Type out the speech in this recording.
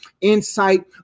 insight